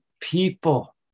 people